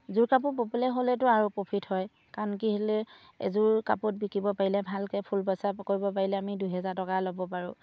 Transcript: যোৰ কাপোৰ ববলৈ হ'লেতো আৰু প্ৰফিট হয় কাৰণ কেলৈ এযোৰ কাপোৰত বিকিব পাৰিলে ভালকৈ ফুল বচা কৰিব পাৰিলে আমি দুহেজাৰ টকা ল'ব পাৰোঁ